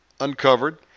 uncovered